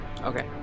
Okay